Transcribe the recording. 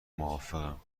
موافقم